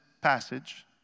passage